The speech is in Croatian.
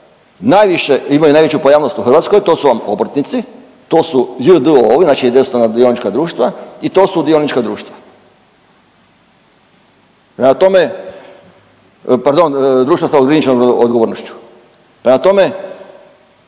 najviše, imaju najveću pojavnost u Hrvatskoj to su vam obrtnici, to su j.d.o. znači jednostavna dionička društva i to su dionička društva. Prema tome, pardon društva sa ograničenom odgovornošću. Prema tome,